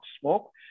smoke